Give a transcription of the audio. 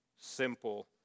simple